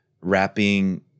Wrapping